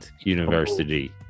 University